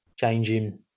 changing